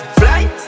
flight